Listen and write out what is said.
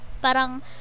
parang